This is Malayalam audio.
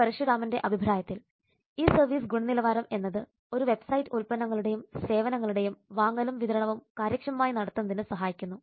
പരശുരാമന്റെ അഭിപ്രായത്തിൽ ഇ സർവീസ് ഗുണനിലവാരം എന്നത് ഒരു വെബ്സൈറ്റ് ഉൽപന്നങ്ങളുടെയും സേവനങ്ങളുടെയും വാങ്ങലും വിതരണവും കാര്യക്ഷമമായി നടത്തുന്നതിന് സഹായിക്കുന്നു